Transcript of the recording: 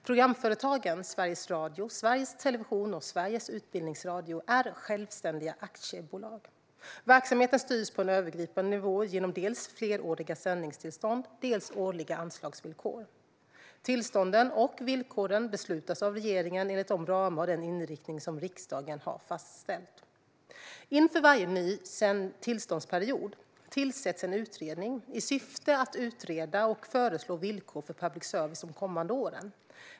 Programföretagen Sveriges Radio, Sveriges Television och Sveriges Utbildningsradio är självständiga aktiebolag. Verksamheten styrs på en övergripande nivå genom dels fleråriga sändningstillstånd, dels årliga anslagsvillkor. Tillstånden och villkoren beslutas av regeringen enligt de ramar och den inriktning som riksdagen har fastställt. Inför varje ny tillståndsperiod tillsätts en utredning i syfte att utreda och föreslå villkor för public service de kommande åren.